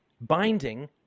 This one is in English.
binding